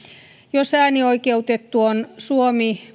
jos äänioikeutettu on suomi